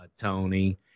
Tony